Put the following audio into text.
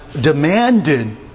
demanded